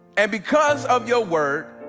and because of your word,